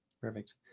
Perfect